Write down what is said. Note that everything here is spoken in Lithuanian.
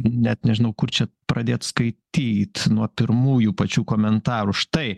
net nežinau kur čia pradėt skaityt nuo pirmųjų pačių komentarų štai